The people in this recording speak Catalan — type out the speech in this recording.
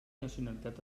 nacionalitat